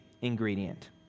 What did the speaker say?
ingredient